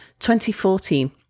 2014